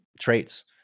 traits